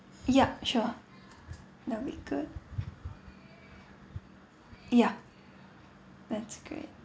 yup sure that will be good ya that's great